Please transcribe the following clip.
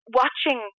watching